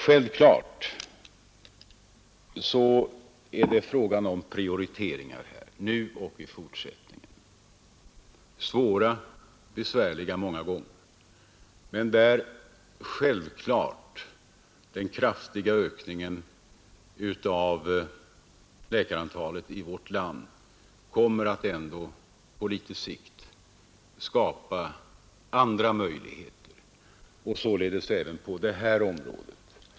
Självfallet är det fråga om prioriteringar här, nu och i fortsättningen. De är svåra och besvärliga många gänger, men den kraftiga ökningen av läkarantalet i vårt land kommer naturligtvis på litet sikt att skapa andra möjligheter, således även på det här området.